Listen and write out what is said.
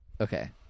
Okay